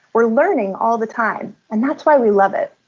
we're learning all the time and that's why we love it.